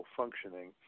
functioning